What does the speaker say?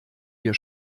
wir